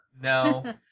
No